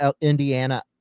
Indiana